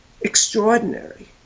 extraordinary